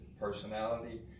personality